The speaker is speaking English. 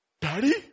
Daddy